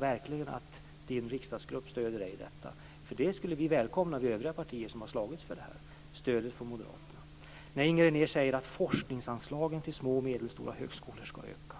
Vi i de övriga partierna som har slagits för detta skulle välkomna stödet från Moderaterna. Det är också en fantastisk omsvängning när Inger René säger att forskningsanslagen till små och medelstora högskolor skall öka.